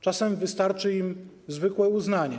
Czasem wystarczy im zwykłe uznanie.